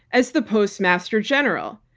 as the postmaster general.